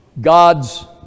God's